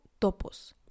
topos